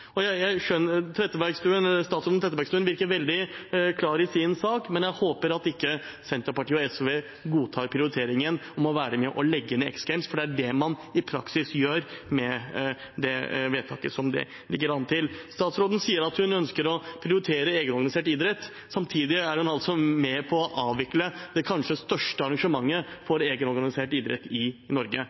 Trettebergstuen virker veldig klar i sin sak, men jeg håper Senterpartiet og SV ikke godtar prioriteringen om å være med på å legge ned X Games, for det er det man i praksis gjør med det vedtaket det ligger an til. Statsråden sier at hun ønsker å prioritere egenorganisert idrett. Samtidig er hun altså med på å avvikle det kanskje største arrangementet for egenorganisert idrett i Norge.